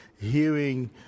hearing